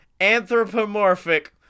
anthropomorphic